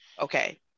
okay